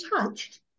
touched